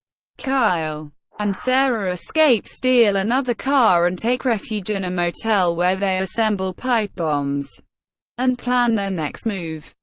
kyle and sarah escape, steal another car and take refuge in a motel, where they assemble pipe bombs and plan their next move.